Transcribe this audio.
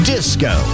Disco